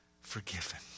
forgiven